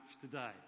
today